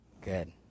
Good